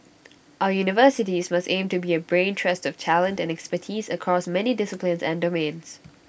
our universities must aim to be A brain trust of talent and expertise across many disciplines and domains